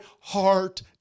heart